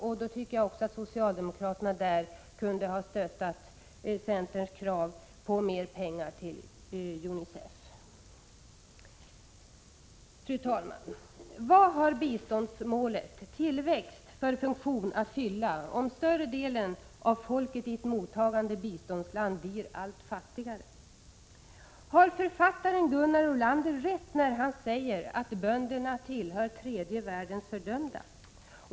Jag tycker att socialdemokraterna på den punkten kunde ha stött centerns krav på mer pengar till UNICEF. Fru talman! Vilken funktion har biståndsmålet tillväxt, om större delen av folket i ett mottagande biståndsland blir allt fattigare? Har författaren Gunnar Ohrlander rätt när han säger att bönderna tillhör tredje världens fördömda?